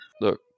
look